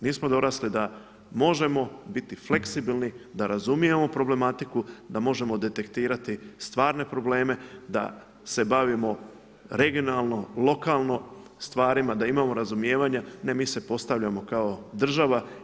Nismo dorasli da možemo biti fleksibilni, da razumijemo problematiku, da možemo detektirati stvarne probleme, da se bavimo regionalno, lokalno stvarima, da imamo razumijevanja, ne mi se postavljamo kao država.